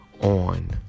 on